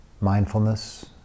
mindfulness